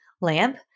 LAMP